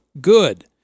good